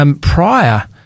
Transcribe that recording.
prior